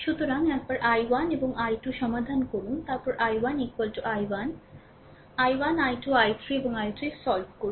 সুতরাং একবার I1 এবং I2 সমাধান করুন তারপরে I1 I1 I1I2 I2 এবং I3 সমাধান করুন